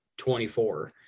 24